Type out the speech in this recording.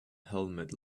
helmet